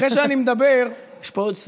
אחרי שאני מדבר, יש פה עוד שר.